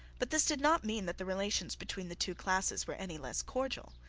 but this did not mean that the relations between the two classes were any less cordial.